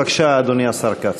בבקשה, אדוני השר כץ.